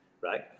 Right